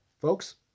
folks